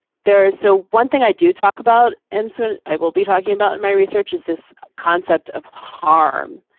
there's so one thing i do talk about and so i will be talking about in my research is this concept of harm,